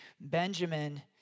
Benjamin